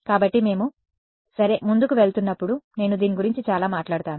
కాబట్టి మేము సరే ముందుకు వెళుతున్నప్పుడు నేను దీని గురించి చాలా మాట్లాడతాను